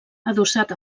adossat